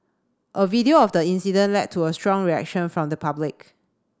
a video of the incident led to a strong reaction from the public